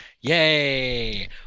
Yay